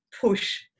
push